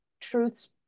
truths